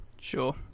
Sure